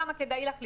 כמה כדאי לך לפרוס.